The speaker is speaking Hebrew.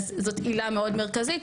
אז זאת עילה מאוד מרכזית,